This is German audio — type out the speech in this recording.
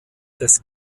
des